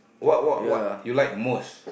what what what you like most